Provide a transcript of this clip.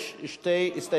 יש שתי הסתייגויות.